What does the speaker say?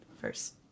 first